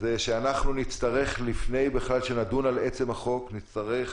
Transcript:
זה שלפני שנדון על החוק עצמו, נצטרך